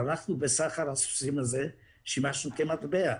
אנחנו בסחר הסוסים הזה שימשנו כמטבע.